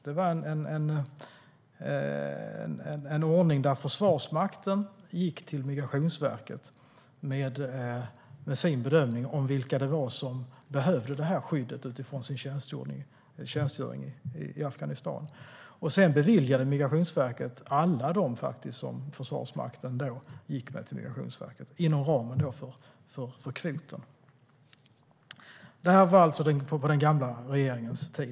Det var en ordning där Försvarsmakten gick till Migrationsverket med sin bedömning av vilka det var som behövde detta skydd utifrån sin tjänstgöring i Afghanistan. Sedan beviljade Migrationsverket, inom ramen för kvoten, faktiskt alla dem som Försvarsmakten gick med till Migrationsverket. Det här var alltså på den gamla regeringens tid.